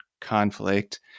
conflict